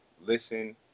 listen